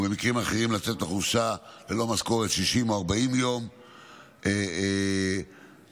ובמקרים אחרים לצאת לחופשה ללא משכורת 60 או 40 יום לפני הבחירות.